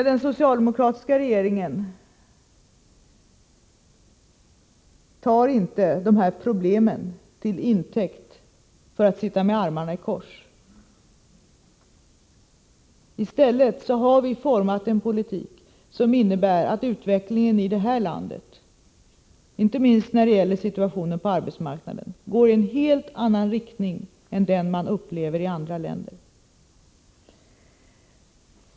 Den socialdemokratiska regeringen tar inte de här problemen till intäkt för att sitta med armarna i kors. I stället har vi format en politik som innebär att utvecklingen i det här landet — inte minst när det gäller situationen på arbetsmarknaden — går i en helt annan riktning än den man upplever i andra länder.